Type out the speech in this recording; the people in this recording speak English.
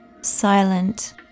silent